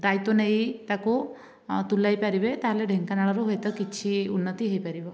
ଦାୟିତ୍ଵ ନେଇ ତାକୁ ତୁଲାଇ ପାରିବେ ତାହେଲେ ଢେଙ୍କାନାଳର ହୁଏତ କିଛି ଉନ୍ନତି ହୋଇପାରିବ